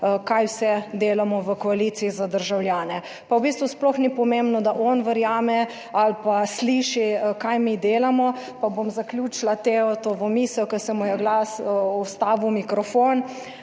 kaj vse delamo v koaliciji za državljane. Pa v bistvu sploh ni pomembno, da on verjame ali pa sliši kaj mi delamo, pa bom zaključila Teotovo misel, ki se mu je glas ustavil, mikrofon.